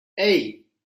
hey